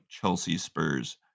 Chelsea-Spurs